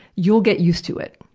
you'll get used to it.